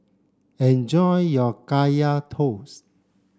enjoy your Kaya Toast